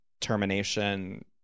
termination